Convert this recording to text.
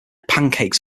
pancakes